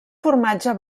formatge